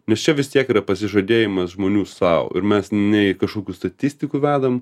nes čia vis tiek yra pasižadėjimas žmonių sau ir mes nei kažkokių statistikų vedam